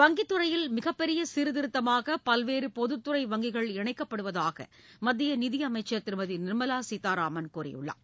வங்கித் துறையில் மிகப் பெரிய சீர்திருத்தமாக பல்வேறு பொதுத்துறை வங்கிகள் இணைக்கப்படுவதாக மத்திய நிதியமைச்சர் திருமதி நிர்மலா சீதாராமன் கூறியுள்ளார்